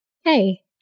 Hey